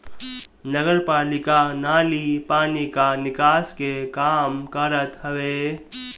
नगरपालिका नाली पानी कअ निकास के काम करत हवे